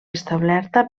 establerta